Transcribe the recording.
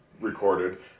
recorded